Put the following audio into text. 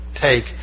take